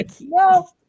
no